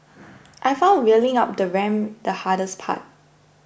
I found wheeling up the ramp the hardest part